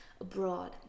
abroad